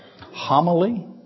Homily